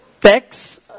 text